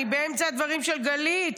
אני באמצע הדברים של גלית,